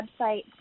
website